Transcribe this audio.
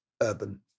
urban